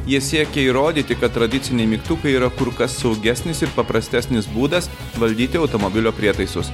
jie siekė įrodyti kad tradiciniai mygtukai yra kur kas saugesnis ir paprastesnis būdas valdyti automobilio prietaisus